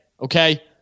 okay